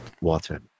Water